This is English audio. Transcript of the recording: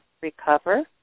recover